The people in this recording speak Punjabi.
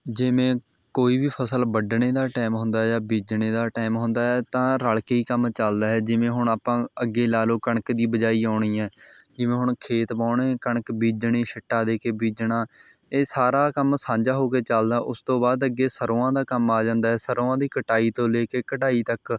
ਜਿਵੇਂ ਕੋਈ ਵੀ ਫਸਲ ਵੱਡਣ ਦਾ ਟਾਇਮ ਹੁੰਦਾ ਜਾਂ ਬੀਜਣੇ ਦਾ ਟਾਇਮ ਹੁੰਦਾ ਹੈ ਤਾਂ ਰਲ਼ ਕੇ ਹੀ ਕੰਮ ਚੱਲਦਾ ਹੈ ਜਿਵੇਂ ਹੁਣ ਆਪਾਂ ਅੱਗੇ ਲਾ ਲਓ ਕਣਕ ਦੀ ਬਜਾਈ ਆਉਣੀ ਹੈ ਜਿਵੇਂ ਹੁਣ ਖੇਤ ਵਾਹੁਣੇ ਕਣਕ ਬੀਜਣੀ ਛਿੱਟਾ ਦੇ ਕੇ ਬੀਜਣਾ ਇਹ ਸਾਰਾ ਕੰਮ ਸਾਂਝਾ ਹੋ ਕੇ ਚੱਲਦਾ ਉਸ ਤੋਂ ਬਾਅਦ ਅੱਗੇ ਸਰੋਂ ਦਾ ਕੰਮ ਆ ਜਾਂਦਾ ਸਰੋਂ ਦੀ ਕਟਾਈ ਤੋਂ ਲੈ ਕੇ ਕਢਾਈ ਤੱਕ